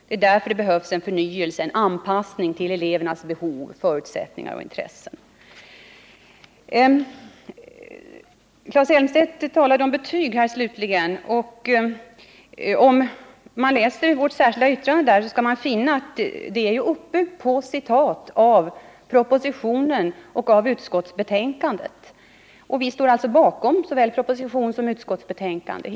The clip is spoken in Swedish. Det behövs förnyelse och anpassning till elevernas behov, förutsättningar och intressen. Claes Elmstedt talade i slutet av sitt anförande om betygen. Om man läser vårt särskilda yttrande om betygen, skall man finna att det är uppbyggt på citat från propositionen och utskottsbetänkandet. Vi står alltså helt och fullt bakom såväl propositionen som utskottsbetänkandet.